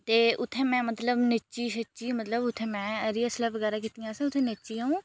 ते उत्थें में मतलब नच्ची छच्ची मतलब उत्थें में रिहर्सल बगैरा कीतियां असें उत्थें नच्ची अ'ऊं